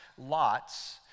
lots